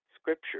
scripture